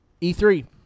E3